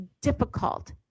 difficult